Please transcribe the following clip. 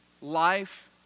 life